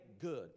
good